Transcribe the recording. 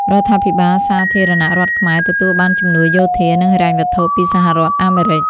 រដ្ឋាភិបាលសាធារណរដ្ឋខ្មែរ ទទួលបានជំនួយយោធា និងហិរញ្ញវត្ថុ ពីសហរដ្ឋអាមេរិក។